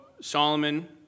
Solomon